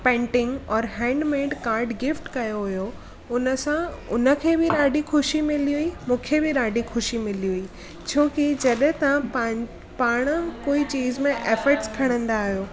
painting और handmade card gift कयो हुयो हुन सां हुनखे बि ॾाढी ख़ुशी मिली हुई मूंखे बि ॾाढी ख़ुशी मिली हुई छो की जॾहिं तव्हां पा पाणि कोई चीज़ में एफ़ट्स खणंदा आहियो